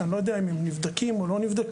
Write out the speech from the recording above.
כי אני לא יודע אם הם נבדקים או לא נבדקים.